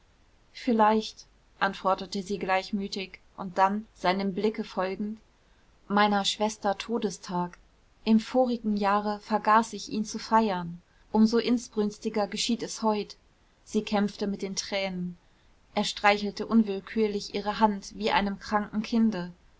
vielleicht antwortete sie gleichmütig und dann seinem blicke folgend meiner schwester todestag im vorigen jahre vergaß ich ihn zu feiern um so inbrünstiger geschieht es heut sie kämpfte mit den tränen er streichelte unwillkürlich ihre hand wie einem kranken kinde